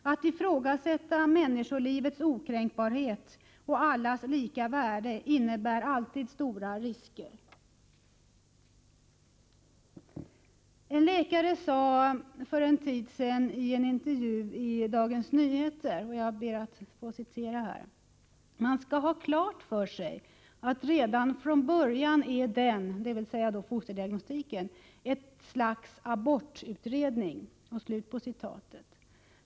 Att ifrågasätta människolivets okränkbarhet och allas lika värde innebär alltid stora risker. En läkare sade för en tid sedan i en intervju i DN: Man skall ha klart för sig redan från början att fosterdiagnostiken är ett slags abortutredning.